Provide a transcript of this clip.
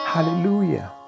Hallelujah